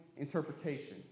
interpretation